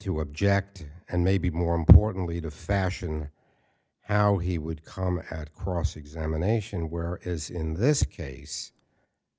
to object and maybe more importantly to fashion how he would come to cross examination where as in this case